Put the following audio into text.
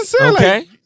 Okay